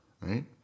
right